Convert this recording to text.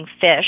fish